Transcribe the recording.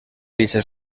dicha